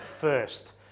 first